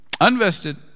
unvested